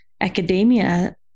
academia